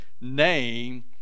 name